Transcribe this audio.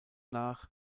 nach